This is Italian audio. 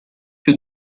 più